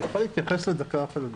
אני יכול להתייחס דקה אחת לדברים?